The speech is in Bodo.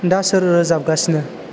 दा सोर रोजाबगासिनो